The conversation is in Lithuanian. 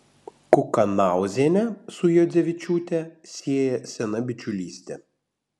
kukanauzienę su juodzevičiūte sieja sena bičiulystė